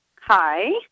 Hi